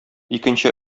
икенче